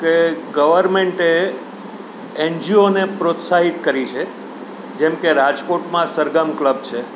કે ગવરમેન્ટે એનજીઓને પ્રોત્સાહિત કરી છે જેમ કે રાજકોટમાં સરગમ ક્લબ છે